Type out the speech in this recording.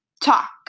Talk